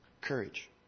courage